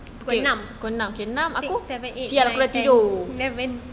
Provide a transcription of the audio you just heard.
pukul enam pukul enam six seven eight night ten eleven